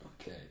Okay